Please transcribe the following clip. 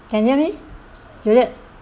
can hear me juliet